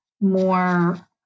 more